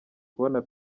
kubona